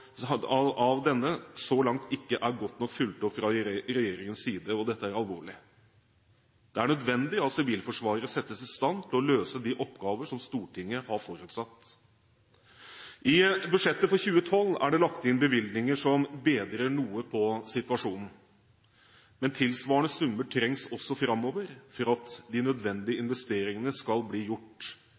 av denne så langt ikke er godt nok fulgt opp fra regjeringens side. Dette er alvorlig. Det er nødvendig at Sivilforsvaret settes i stand til å løse de oppgaver som Stortinget har forutsatt. I budsjettet for 2012 er det lagt inn bevilgninger som bedrer noe på situasjonen, men tilsvarende summer trengs også framover for at de nødvendige investeringene skal bli gjort.